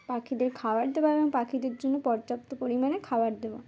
পাখিদের খাবার দেওয়া এবং পাখিদের জন্য পর্যাপ্ত পরিমাণে খাবার দেওয়া